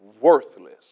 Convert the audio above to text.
worthless